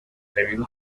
debido